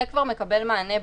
זה כבר מקבל מענה בחוק.